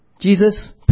Jesus